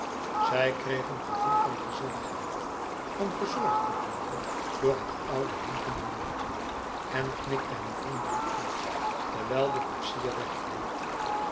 zij kreeg een gevoel van gezelligheid van verzorgd te worden door het oude hinkende mannetje en knikte hem vriendelijk toe terwijl de koetsier wegreed